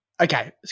Okay